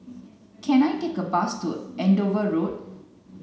can I take a bus to Andover Road